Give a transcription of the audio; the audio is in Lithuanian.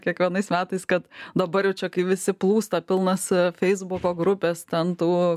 kiekvienais metais kad dabar jau čia kai visi plūsta pilnos feisbuko grupės ten tų